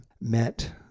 met